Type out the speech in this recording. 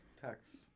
Tax